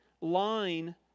line